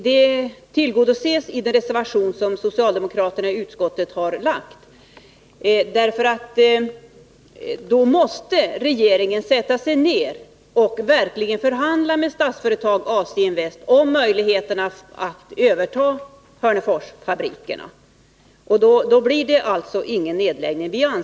Detta tillgodoses i den reservation som socialdemokraterna i utskottet lagt fram. Om den antas måste regeringen verkligen förhandla med Statsföretag/ AC-invest om möjligheterna att överta Hörneforsfabrikerna, och då blir det ingen nedläggning.